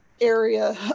area